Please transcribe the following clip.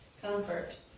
Comfort